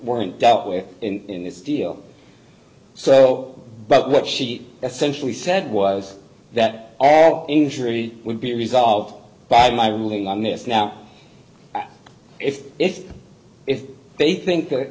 weren't dealt with in this deal so but what she essentially said was that injury would be resolved by my ruling on this now if if if they think that